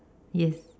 yes